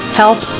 health